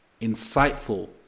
insightful